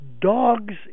Dogs